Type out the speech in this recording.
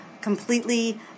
completely